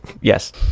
Yes